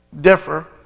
differ